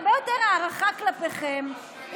הרבה יותר הערכה כלפיכם,